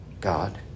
God